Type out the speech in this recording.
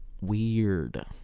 Weird